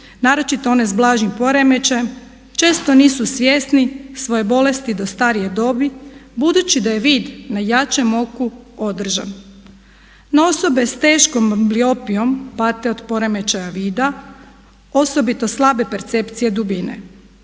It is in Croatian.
naročito one s blažim poremećajem često nisu svjesni svoje bolesti do starije dobi budući da je vid na jačem oku održan. No osobe s teškom ambliopijom pate od poremećaja vida, osobito slabe percepcije dubine.